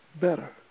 better